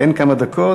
אין כמה דקות.